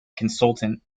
consultant